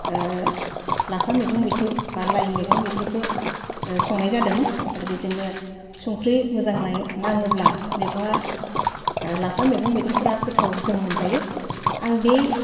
लाफा मैगं मैद्रु बा लाइ मैगं मैद्रुखो संनाय जादोंमोन बेजोंनो संख्रि मोजाङै नाङोब्ला मैगङा लाफा मैगं मैद्रुफोरा गोथाव जों मोनजायो आं बे